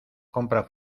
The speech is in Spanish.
compra